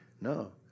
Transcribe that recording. No